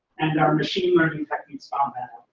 and our machine learning techniques found that